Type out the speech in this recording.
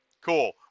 cool